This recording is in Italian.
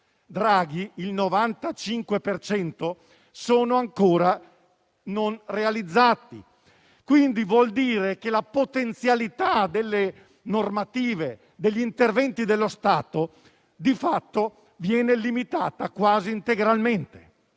Draghi è ancora non realizzato. Questo vuol dire che la potenzialità delle normative e degli interventi dello Stato di fatto viene limitata quasi integralmente,